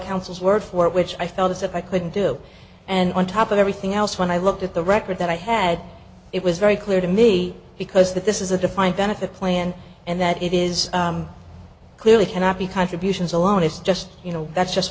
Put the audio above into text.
counsel's word for it which i felt as if i couldn't do and on top of everything else when i looked at the record that i had it was very clear to me because that this is a defined benefit plan and that it is clearly cannot be contributions alone it's just you know that's just